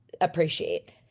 appreciate